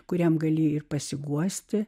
kuriam gali ir pasiguosti